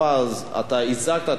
אתה הצעת את הנושא.